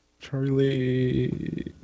Charlie